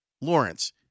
Lawrence